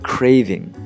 Craving